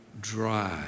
dry